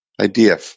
Idea